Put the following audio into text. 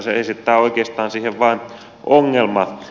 se esittää oikeastaan siihen vain ongelman